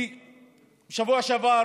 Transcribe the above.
בשבוע שעבר,